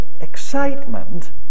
excitement